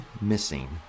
missing